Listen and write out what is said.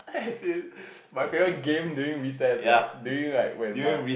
as in my favourite game during recess right during like when my